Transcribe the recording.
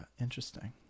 Interesting